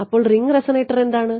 അപ്പോൾ ring resonator എന്താണ്